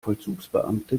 vollzugsbeamte